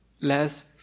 last